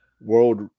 World